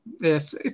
Yes